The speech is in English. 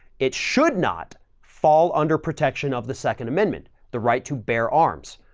it should not fall under protection of the second amendment, the right to bear arms.